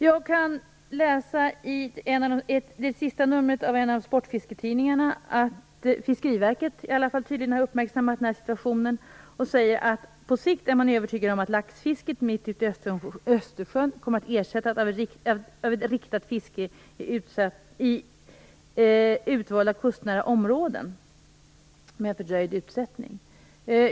Jag kan i det senaste numret av en av sportfisketidningarna läsa att Fiskeriverket tydligen har uppmärksammat situationen och säger att man på sikt är övertygad om att laxfisket mitt ute i Östersjön kommer att ersättas av ett riktat fiske i utvalda kustnära områden med fördröjd utsättning.